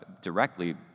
directly